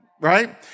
Right